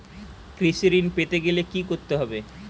কৃষি ঋণ পেতে গেলে কি করতে হবে?